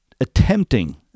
attempting